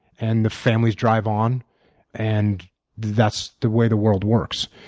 and the families drive on and that's the way the world works.